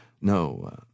No